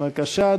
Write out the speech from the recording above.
בבקשה,